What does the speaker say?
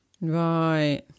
Right